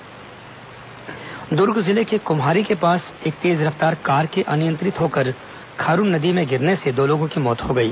दर्घटना दूर्ग जिले के कुम्हारी के पास एक तेज रफ्तार कार के अनियंत्रित होकर खारून नदी में गिरने से दो लोगों की मौत हो गई